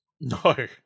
No